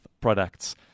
products